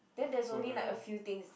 then there's only like a few things